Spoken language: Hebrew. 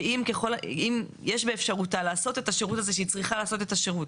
שאם יש באפשרותה לעשות את השירות הזה היא צריכה לעשות את השירות.